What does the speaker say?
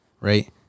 right